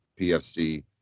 PFC